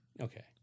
Okay